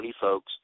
folks